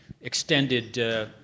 extended